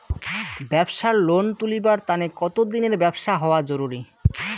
ব্যাবসার লোন তুলিবার তানে কতদিনের ব্যবসা হওয়া জরুরি?